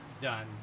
done